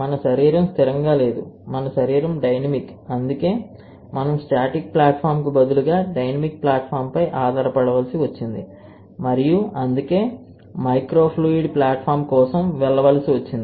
మన శరీరం స్థిరంగా లేదు మన శరీరం డైనమిక్ అందుకే మనం స్టాటిక్ ప్లాట్ఫామ్కు బదులుగా డైనమిక్ ప్లాట్ఫాంపై ఆధారపడవలసి వచ్చింది మరియు అందుకే మైక్రోఫ్లూయిడ్ ప్లాట్ఫామ్ కోసం వెళ్ళవలసి వచ్చింది